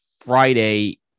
Friday